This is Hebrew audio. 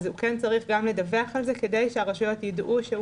הוא כן צריך לדווח על כך כדי שהרשויות ידעו שהוא